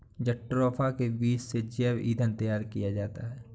jatropha के बीज से जैव ईंधन तैयार किया जाता है